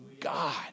God